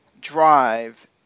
drive